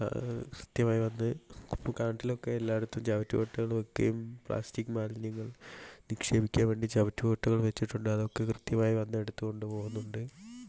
സാ കൃത്യമായി വന്ന് നാട്ടിലൊക്കെ എല്ലായിടത്തും ചവറ്റ് കൊട്ടകൾ വയ്ക്കുകയും പ്ലാസ്റ്റിക് മാലിന്യങ്ങൾ നിക്ഷേപിക്കാൻ വേണ്ടി ചവറ്റ് കൊട്ടകൾ വച്ചിട്ടുണ്ട് അതൊക്കെ കൃത്യമായി വന്ന് എടുത്തുകൊണ്ട് പോകുന്നുണ്ട്